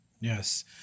Yes